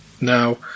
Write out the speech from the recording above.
Now